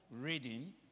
reading